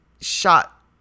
shot